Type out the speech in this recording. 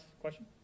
question